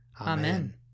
Amen